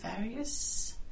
various